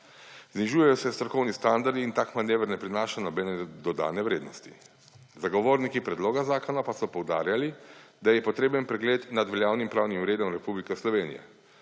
Znižujejo se strokovni standardi in tak manever ne prinaša nobene dodane vrednosti. Zagovorniki predloga zakona pa so poudarjali, da je potreben pregled nad veljavnim pravnim redom Republike Slovenije.